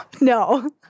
No